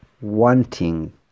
wanting